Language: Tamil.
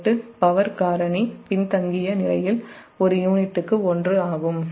8 பவர் லாக்கிங் பின்தங்கிய நிலையில் ஒரு யூனிட்டுக்கு 1 ஆகும்